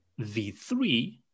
v3